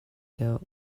deuh